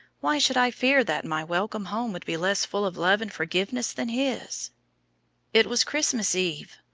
why should i fear that my welcome home would be less full of love and forgiveness than his? it was christmas eve,